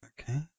Okay